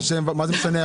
מה זה משנה?